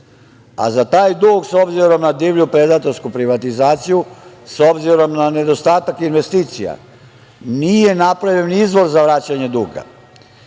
a za taj dug, s obzirom na divlju predatorsku privatizaciju, s obzirom na nedostatak investicija, nije napravljen izvor za vraćanje duga,